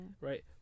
right